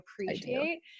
appreciate